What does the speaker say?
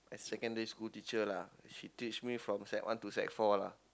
secondary school teacher lah she teach me from sec one to sec four lah